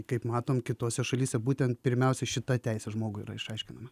kaip matom kitose šalyse būtent pirmiausia šita teisė žmogui yra išaiškinama